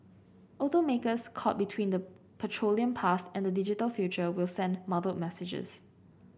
automakers caught between the petroleum past and the digital future will send muddled messages